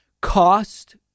cost